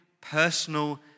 personal